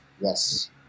Yes